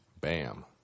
Bam